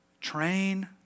Train